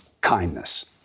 kindness